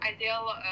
ideal